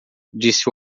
disse